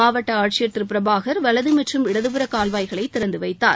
மாவட்ட ஆட்சியர் திரு பிரபாகர் வலது மற்றும் இடதுபுற கால்வாய்களை திறந்து வைத்தார்